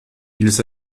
ils